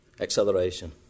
acceleration